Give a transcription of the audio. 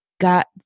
got